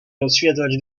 rozświetlać